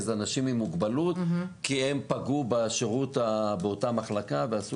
אנשים עם מוגבלות כי הם פגעו בשירות באותה מחלקה ועשו